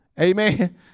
amen